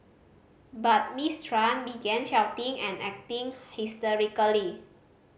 but Miss Tran began shouting and acting hysterically